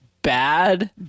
Bad